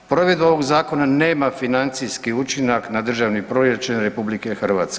Provedba ovog zakona nema financijski učinak na Državni proračun RH.